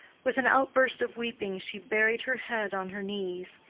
with an outburst of weeping she buried her head on her knees.